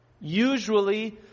Usually